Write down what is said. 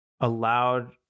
allowed